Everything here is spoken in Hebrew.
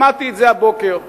שמעתי את זה הבוקר.